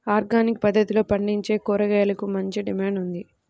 organic పద్దతిలో పండించే కూరగాయలకు మంచి డిమాండ్ ఉంది